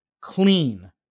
clean